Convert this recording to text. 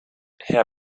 herr